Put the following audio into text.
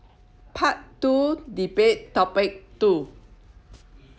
part two debate topic two